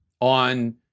on